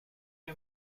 you